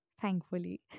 thankfully